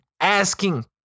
asking